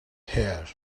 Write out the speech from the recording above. here